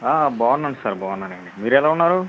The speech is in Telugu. బాగున్నాను సార్ బాగున్నానండి మీరు ఎలా ఉన్నారు